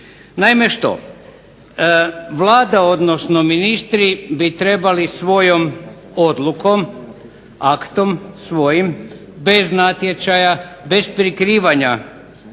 Naime što? Vlada, odnosno ministri bi trebali svojom odlukom, aktom svojim bez natječaja, bez prikrivanja,